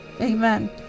amen